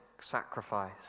sacrifice